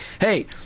hey